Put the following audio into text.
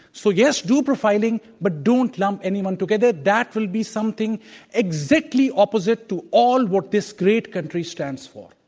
so yes, do profiling, but don't lump anyone together. that will be something exactly opposite to all what this great country stands for.